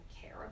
care